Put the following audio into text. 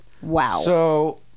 Wow